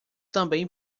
também